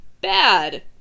bad